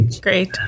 great